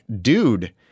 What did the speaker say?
dude